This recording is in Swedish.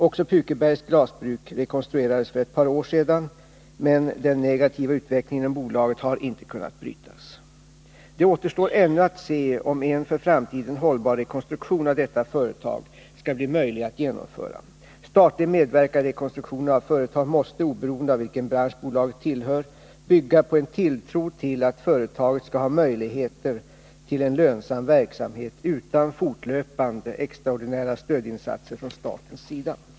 Också Pukebergs glasbruk rekonstruerades för ett par år sedan, men den negativa utvecklingen inom bolaget har inte kunnat brytas. Det återstår ännu att se om en för framtiden hållbar rekonstruktion av detta företag skall bli möjlig att genomföra. Statlig medverkan i rekonstruktioner av företag måste — oberoende av vilken bransch bolaget tillhör — bygga på en tilltro till att företaget skall ha möjligheter till en lönsam verksamhet utan fortlöpande extraordinära stödinsatser från statens sida.